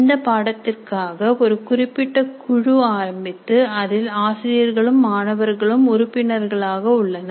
இந்த பாடத்திற்காக ஒரு குறிப்பிட்ட குழு ஆரம்பித்து அதில் ஆசிரியர்களும் மாணவர்களும் உறுப்பினர்களாக உள்ளனர்